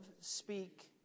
speak